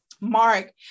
Mark